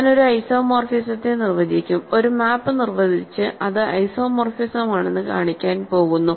ഞാൻ ഒരു ഐസോമോർഫിസത്തെ നിർവചിക്കും ഒരു മാപ്പ് നിർവചിച്ച് അത് ഐസോമോർഫിസസമാണെന്ന് കാണിക്കാൻ പോകുന്നു